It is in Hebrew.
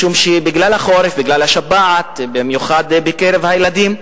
בגלל החורף, בגלל השפעת, במיוחד בקרב הילדים,